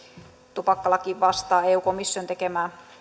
tupakkalaki vastaa eu komission tekemää